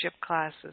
classes